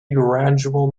gradual